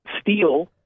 steel